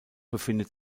befindet